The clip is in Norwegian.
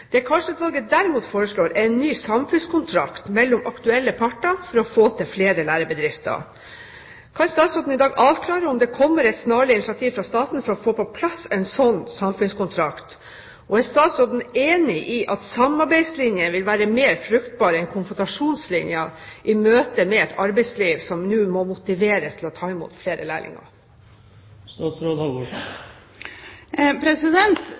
Det Karlsen-utvalget derimot foreslår, er en ny samfunnskontrakt mellom aktuelle parter for å få til flere lærebedrifter. Kan statsråden i dag avklare om det kommer et snarlig initiativ fra staten for å få på plass en slik samfunnskontrakt? Og er statsråden enig i at samarbeidslinjen vil være mer fruktbar enn konfrontasjonslinjen i møte med et arbeidsliv som nå må motiveres til å ta imot flere lærlinger?